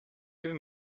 give